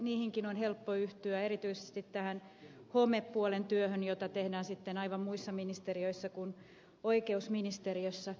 niihinkin on helppo yhtyä erityisesti tähän homepuolen työhön jota tehdään sitten aivan muissa ministeriöissä kuin oikeusministeriössä